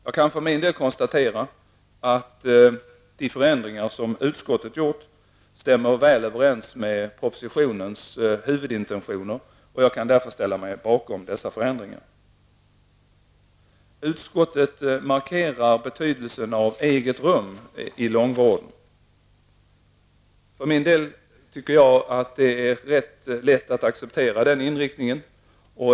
Jag kan för min del konstatera att de förändringar som utskottet har gjort stämmer väl överens med propositionens huvudintentioner, och jag kan därför ställa mig bakom dessa förändringar. Utskottet markerar betydelsen av eget rum på långvården. För min del tycker jag att det är rätt lätt att acceptera den inriktningen.